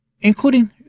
including